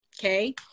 Okay